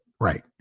Right